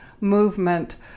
movement